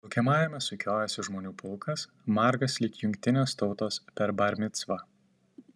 laukiamajame sukiojosi žmonių pulkas margas lyg jungtinės tautos per bar micvą